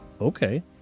Okay